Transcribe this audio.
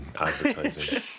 advertising